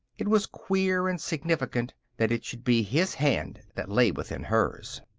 it was queer and significant that it should be his hand that lay within hers.